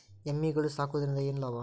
ಎಮ್ಮಿಗಳು ಸಾಕುವುದರಿಂದ ಏನು ಲಾಭ?